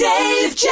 Dave